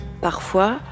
Parfois